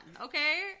Okay